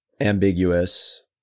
ambiguous